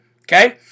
Okay